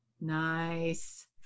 Nice